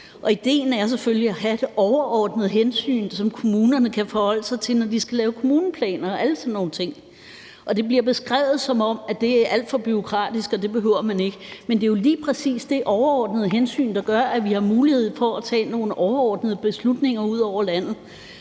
Idéen er selvfølgelig at fremlægge det overordnede hensyn, som kommunerne kan forholde sig til, når de skal lave kommuneplaner og alle sådan nogle ting. Det bliver beskrevet, som om det er alt for bureaukratisk, og at man ikke behøver det. Men det er jo lige præcis det overordnede hensyn, der gør, at vi har mulighed for at tage nogle overordnede beslutninger ud over landet.